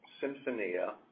Symphonia